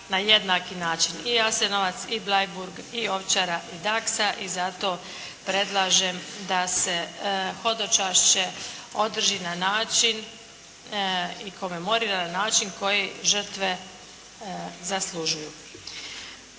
na jednaki način. I Jasenovac i Bleiburg, i Ovčara i …/Govornik se ne razumije./… i zato predlažem da se hodočašće održi na način i komemorira na način koji žrtve zaslužuju.